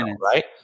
right